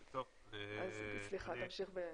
תמשיך.